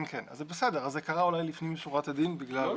אז זה קרה אולי לפנים משורת הדין בגלל סיבות מסוימות.